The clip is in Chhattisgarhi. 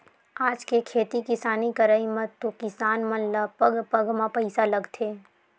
आज के खेती किसानी करई म तो किसान मन ल पग पग म पइसा लगथे